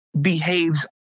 behaves